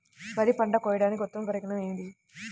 వరి పంట కోయడానికి ఉత్తమ పరికరం ఏది?